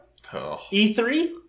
E3